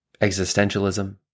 Existentialism